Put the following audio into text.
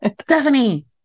Stephanie